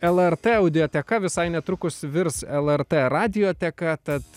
lrt audioteka visai netrukus virs lrt radioteka tad